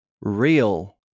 real